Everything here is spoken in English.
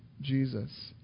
Jesus